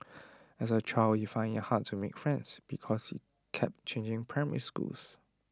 as A child he found IT hard to make friends because he kept changing primary schools